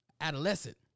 adolescent